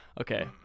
Okay